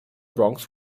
bronx